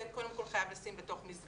אנחנו רואים כאן את התקנות.